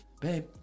Babe